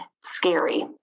scary